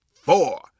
four